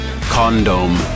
condom